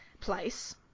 Place